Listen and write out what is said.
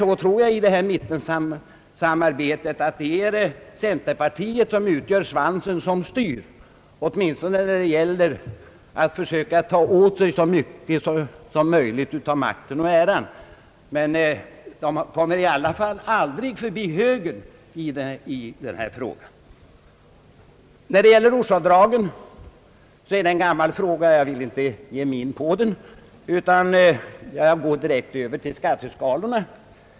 Nu tror jag att det är så i mittensamarbetet att det är centerpartiet som utgör svansen som styr, åtminstone när det gäller att försöka ta åt sig så mycket som möjligt av makten och äran, men det kommer i alla fall aldrig förbi högern i den här frågan. Vad gäller ortsavdragen så är det en gammal fråga, och jag vill inte ge mig in på den utan går direkt över till skatteskalorna.